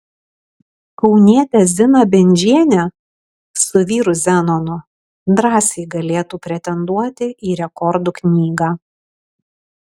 kaunietė zina bendžienė su vyru zenonu drąsiai galėtų pretenduoti į rekordų knygą